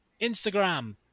Instagram